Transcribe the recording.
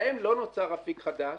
להם לא נוצר אפיק חדש,